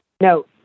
no